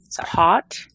pot